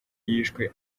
yishwe